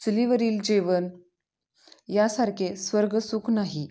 चुलीवरील जेवण यासारखे स्वर्गसुख नाही